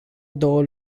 două